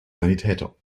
sanitäter